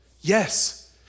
Yes